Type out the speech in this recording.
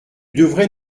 devrais